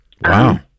Wow